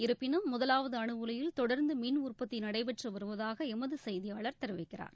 இருப்பினும் முதலாவது அனு உலையில் தொடர்ந்து மின்உற்பத்தி நடைபெற்று வருவதாக எமது செய்தியாளர் தெரிவிக்கிறார்